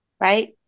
right